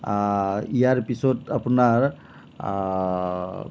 ইয়াৰ পিছত আপোনাৰ